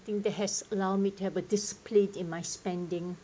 think there has allow me to have a discipline in my spending